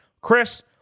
Chris